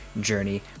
journey